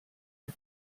der